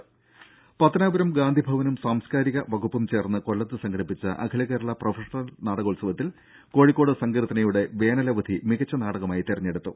ദേദ പത്തനാപുരം ഗാന്ധിഭവനും സാംസ്കാരിക വകുപ്പും ചേർന്ന് കൊല്ലത്ത് സംഘടിപ്പിച്ച അഖിലകേരളാ പ്രൊഫഷണൽ നാടകോത്സവത്തിൽ കോഴിക്കോട് സങ്കീർത്തനയുടെ വേനലവധി മികച്ച നാടകമായി തിരഞ്ഞെടുത്തു